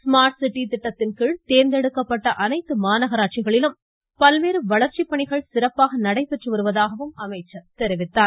smart city திட்டத்தின்கீழ் தேர்ந்தெடுக்கப்பட்ட அனைத்து மாநகராட்சிகளிலும் பல்வேறு வளர்ச்சிப் பணிகள் சிறப்பாக நடைபெற்று வருவதாகவும் அமைச்சர் தெரிவித்தார்